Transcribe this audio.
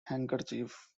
handkerchief